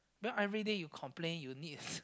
then everyday you complain you need